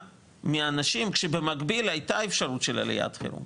מאנשים שבמקביל הייתה אפשרות של עליית חירום.